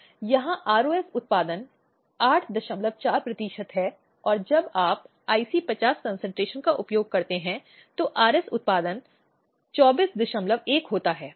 और उन्हें शिकायतों को स्वीकार करना है उस शिकायतों पर कार्रवाई करना है